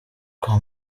kwa